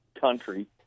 country